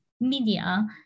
media